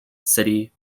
city